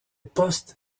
postes